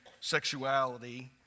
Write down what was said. sexuality